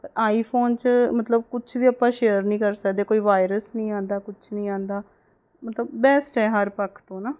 iPhone 'ਚ ਮਤਲਬ ਕੁਛ ਵੀ ਆਪਾਂ ਸ਼ੇਅਰ ਨਹੀਂ ਕਰ ਸਕਦੇ ਕੋਈ ਵਾਇਰਸ ਨਹੀਂ ਆਉਂਦਾ ਕੁਛ ਨਹੀਂ ਆਉਂਦਾ ਮਤਲਬ ਬੈਸਟ ਹੈ ਹਰ ਪੱਖ ਤੋਂ ਨਾ